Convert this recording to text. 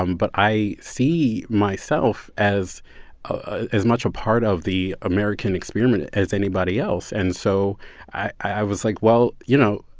um but i see myself as ah as much a part of the american experiment as anybody else. and so i was like, well, you know,